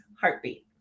heartbeat